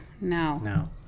no